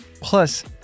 Plus